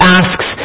asks